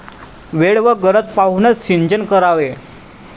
वेळ व गरज पाहूनच सिंचन करावे